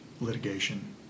litigation